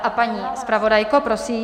A paní zpravodajko, prosím?